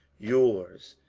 yours,